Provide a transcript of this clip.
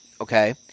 okay